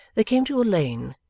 they came to a lane,